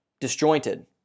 disjointed